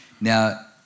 Now